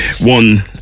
one